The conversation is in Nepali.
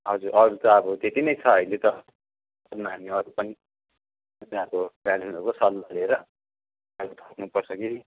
हजुर अरू त अब त्यति नै छ अहिले त गार्जेनहरूको सल्लाह लिएर थप्नु पर्छ कि